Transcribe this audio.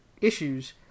issues